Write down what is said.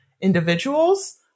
individuals